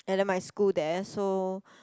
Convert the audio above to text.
and then my school there so